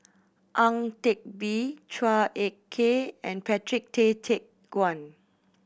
Ang Teck Bee Chua Ek Kay and Patrick Tay Teck Guan